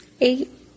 eight